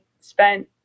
spent